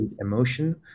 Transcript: emotion